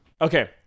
Okay